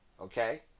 okay